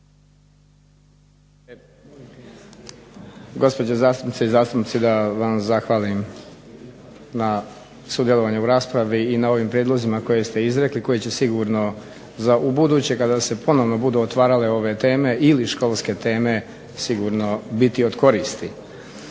gospođe zastupnice i zastupnici da vam zahvalim na sudjelovanju u raspravi i na ovim prijedlozima koje ste izrekli koji će sigurno za ubuduće kada se ponovno budu otvarale ove teme ili školske teme sigurno biti od koristi.